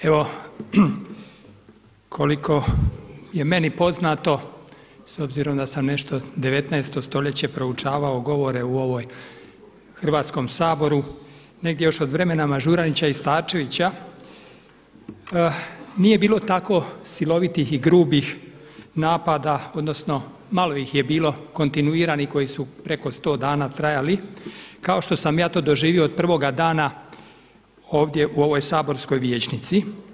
Evo koliko je meni poznato s obzirom da sam nešto 19 stoljeće proučavao govore u ovom Hrvatskom saboru negdje još od vremena Mažuranića i Starčevića nije bilo tako silovitih i grubih napada, odnosno malo ih je bilo kontinuirani koji su preko sto dana trajali kao što sam ja to doživio od prvoga dana ovdje u ovoj saborskoj vijećnici.